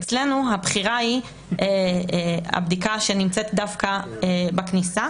אצלנו הבחירה היא הבדיקה שנמצאת דווקא בכניסה.